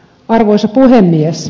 arvoisa puhemies